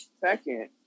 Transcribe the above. second